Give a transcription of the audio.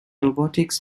robotics